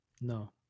No